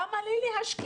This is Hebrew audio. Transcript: למה לי להשקיע?